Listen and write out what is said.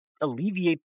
alleviate